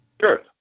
Sure